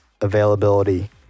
availability